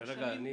שמעתי